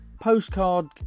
postcard